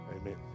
Amen